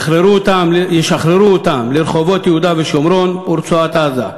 ישחררו אותם לרחובות יהודה ושומרון ורצועת-עזה.